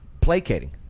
placating